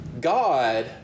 God